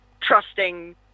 trusting